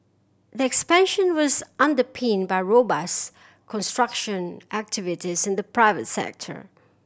the expansion was underpinned by robust construction activities in the private sector